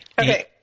Okay